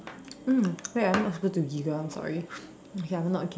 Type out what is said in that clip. mm wait ah I'm not supposed to giggle I'm sorry okay I will not giggle